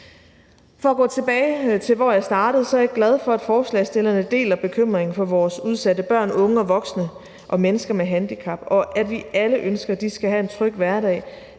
For at gå tilbage til, hvor jeg startede, er jeg glad for, at forslagsstillerne deler bekymringen for vores udsatte børn, unge og voksne og mennesker med handicap, og at vi alle ønsker, at de skal have en tryg hverdag